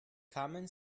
kamen